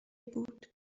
بود